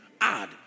Add